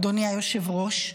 אדוני היושב-ראש,